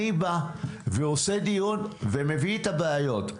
אני בא ועושה דיון ומביא את הבעיות,